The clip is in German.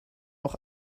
auch